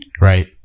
right